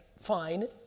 fine